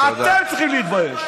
אתם צריכים להתבייש.